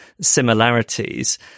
similarities